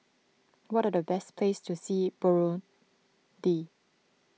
what are the best places to see in Burundi